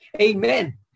amen